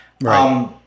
right